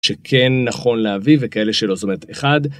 שכן נכון להביא וכאלה שלא זאת אומרת אחד.